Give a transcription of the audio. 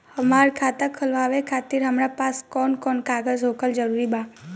हमार खाता खोलवावे खातिर हमरा पास कऊन कऊन कागज होखल जरूरी बा?